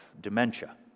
dementia